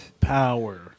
power